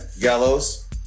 Gallows